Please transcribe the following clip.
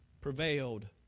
prevailed